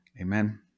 Amen